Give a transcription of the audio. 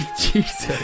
Jesus